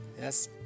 Yes